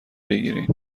بگیرین